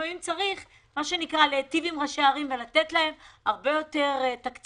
לפעמים צריך להיטיב עם ראשי ערים ולתת להם הרבה יותר תקציבים